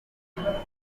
ubuzima